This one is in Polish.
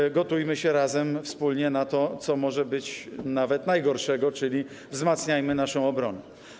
I gotujmy się razem wspólnie na to, co może być nawet najgorszego, czyli wzmacniajmy naszą obronę.